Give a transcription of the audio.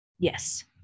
yes